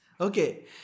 Okay